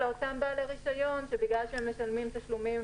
לאותם בעלי רישיון שבגלל שהם משלמים תשלומים